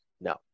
No